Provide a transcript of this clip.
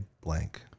blank